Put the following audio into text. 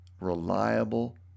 reliable